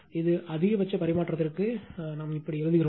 இது அதிகபட்ச பரிமாற்றத்திற்கு நாம் இப்படி எழுதுகிறோம்